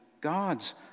God's